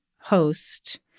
host